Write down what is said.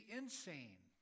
insane